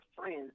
friends